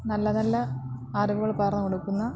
നല്ല നല്ല അറിവുകൾ പകർന്ന് കൊടുക്കുന്ന